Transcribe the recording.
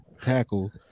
tackle